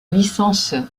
licence